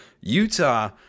Utah